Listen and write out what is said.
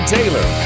Taylor